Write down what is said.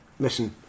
Listen